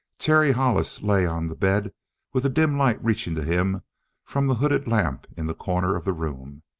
terry hollis lay on the bed with a dim light reaching to him from the hooded lamp in the corner of the room.